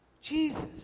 Jesus